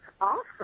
awesome